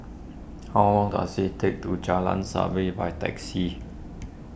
how long does it take to Jalan Sabit by taxi